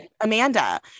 Amanda